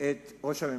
את ראש הממשלה.